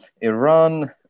Iran